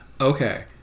okay